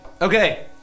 Okay